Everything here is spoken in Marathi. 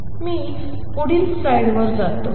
मी पुढील स्लाइडवर जातो